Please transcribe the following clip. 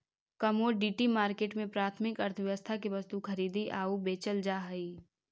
commodity market में प्राथमिक अर्थव्यवस्था के वस्तु खरीदी आऊ बेचल जा हइ